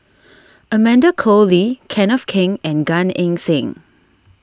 Amanda Koe Lee Kenneth Keng and Gan Eng Seng